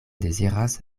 deziras